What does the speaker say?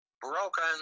broken